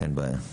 אין בעיה.